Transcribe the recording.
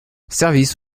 service